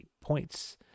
points